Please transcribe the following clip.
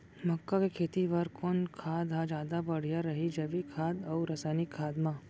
मक्का के खेती बर कोन खाद ह जादा बढ़िया रही, जैविक खाद अऊ रसायनिक खाद मा?